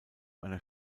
einer